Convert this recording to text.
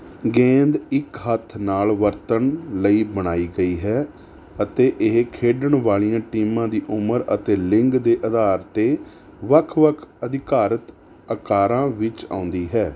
ਗੇਂਦ ਇੱਕ ਹੱਥ ਨਾਲ ਵਰਤਣ ਲਈ ਬਣਾਈ ਗਈ ਹੈ ਅਤੇ ਇਹ ਖੇਡਣ ਵਾਲੀਆਂ ਟੀਮਾਂ ਦੀ ਉਮਰ ਅਤੇ ਲਿੰਗ ਦੇ ਆਧਾਰ 'ਤੇ ਵੱਖ ਵੱਖ ਅਧਿਕਾਰਤ ਆਕਾਰਾਂ ਵਿੱਚ ਆਉਂਦੀ ਹੈ